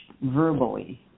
verbally